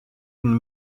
une